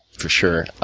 for sure.